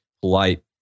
polite